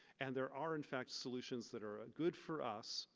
and there are, in fact, solutions that are good for us,